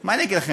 מה אני אגיד לכם?